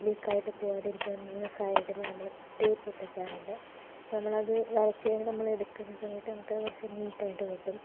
ലീക്കായിട്ട് പോവാതിരിക്കാൻ നമ്മള് സൈഡില് നമ്മള് ടേപ്പ് ഒട്ടിക്കാറുണ്ട് നമ്മളത് വരച്ച് കഴിഞ്ഞ് നമ്മളെടുക്കുന്ന സമയത്ത് നമുക്കത് കുറച്ച് നീറ്റായിട്ട് കിട്ടും